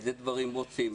איזה דברים רוצים,